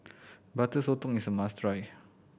Butter Sotong is a must try